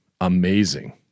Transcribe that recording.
amazing